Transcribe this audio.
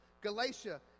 Galatia